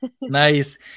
Nice